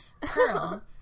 pearl